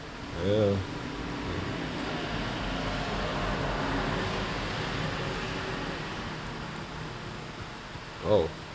you know oh